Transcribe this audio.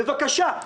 בבקשה,